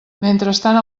mentrestant